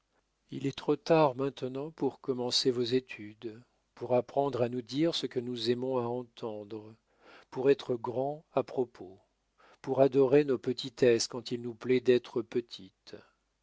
il est trop tard maintenant pour commencer vos études pour apprendre à nous dire ce que nous aimons à entendre pour être grand à propos pour adorer nos petitesses quand il nous plaît d'être petites